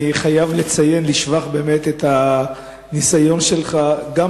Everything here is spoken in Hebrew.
אני חייב לציין לשבח את הניסיון שלך גם